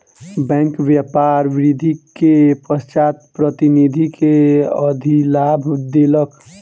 bank व्यापार वृद्धि के पश्चात प्रतिनिधि के अधिलाभ देलक